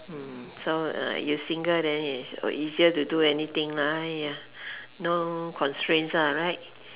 mm so uh you single then is easier to do anything lah !aiya! no constraints right